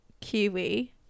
Kiwi